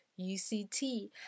UCT